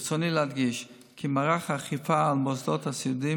ברצוני להדגיש כי מערך האכיפה על המוסדות הסיעודיים